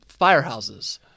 firehouses